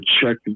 check